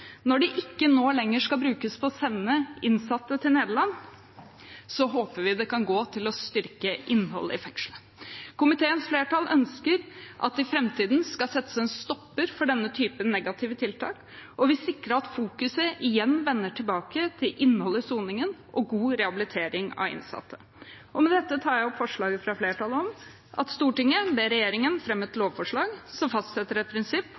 Når de nå ikke lenger skal brukes på å sende innsatte til Nederland, håper vi de kan gå til å styrke innholdet i fengselet. Komiteens flertall ønsker at det i framtiden skal settes en stopper for denne typen negative tiltak og vil sikre at fokuset igjen vendes mot innholdet i soningen og god rehabilitering av innsatte. Med dette anbefaler jeg innstillingen fra flertallet om at Stortinget ber regjeringen fremme et lovforslag som fastsetter et prinsipp